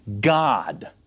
God